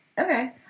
Okay